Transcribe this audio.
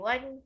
One